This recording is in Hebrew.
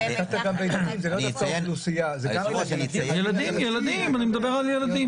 זה לאו דווקא אוכלוסייה --- אני מדבר על ילדים.